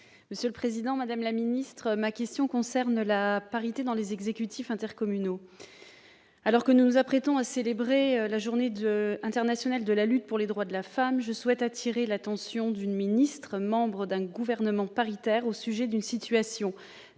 de l'intérieur. Madame la ministre, ma question porte sur la parité dans les exécutifs intercommunaux. Alors que nous nous apprêtons à célébrer la Journée internationale de lutte pour les droits des femmes, je souhaite appeler l'attention d'une ministre, membre d'un gouvernement paritaire, au sujet d'une situation